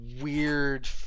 weird